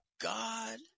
God